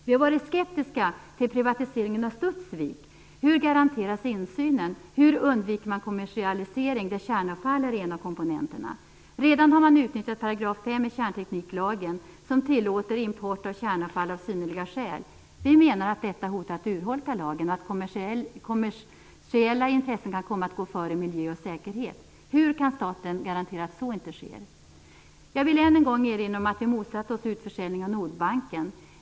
Vi har varit skeptiska till privatiseringen av Studsvik. Hur garanteras insynen? Hur undviker man kommersialisering, där kärnavfall är en av komponenterna? Redan har man utnyttjat § 5 i kärntekniklagen, som tillåter import av kärnavfall av synnerliga skäl. Vi menar att detta hotar att urholka lagen och att kommersiella intressen kan komma att gå före miljö och säkerhet. Hur kan staten garantera att så inte sker? Jag vill än en gång erinra om att vi motsatt oss utförsäljning av Nordbanken.